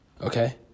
Okay